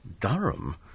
Durham